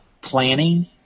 planning